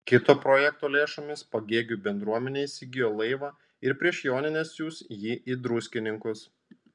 kito projekto lėšomis pagėgių bendruomenė įsigijo laivą ir prieš jonines siųs jį į druskininkus